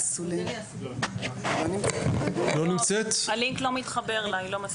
היא לא מצליחה להתחבר.